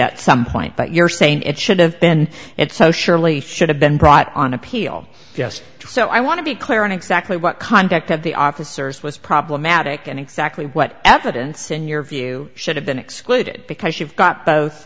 at some point but you're saying it should have been it so surely should have been brought on appeal yes so i want to be clear on exactly what conduct of the officers was problematic and exactly what evidence in your view should have been excluded because you've got both